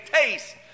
taste